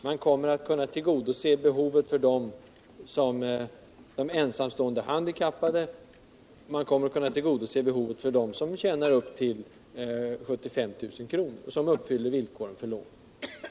Man kommer att kunna tillgodose behovet för de ensamstående handikappade och man kommer att kunna tillgodose behovet för dem som tjänar upp till 75 000 kr. och som uppfyller villkoren för lån.